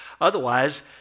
Otherwise